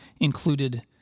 included